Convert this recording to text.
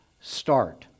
start